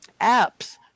apps